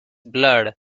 blood